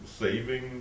saving